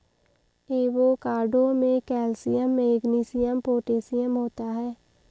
avocado में calcium magnesium potassium होता है